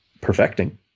perfecting